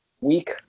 week